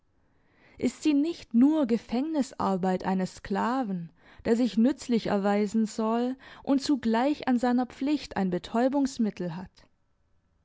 ist sie nicht nur gefängnisarbeit eines sklaven der sich nützlich erweisen soll und zugleich an seiner pflicht ein betäubungsmittel hat